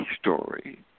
story